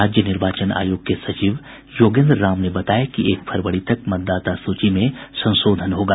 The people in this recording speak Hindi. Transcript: राज्य निर्वाचन आयोग के सचिव योगेन्द्र राम ने बताया कि एक फरवरी तक मतदाता सूची में संशोधन होगा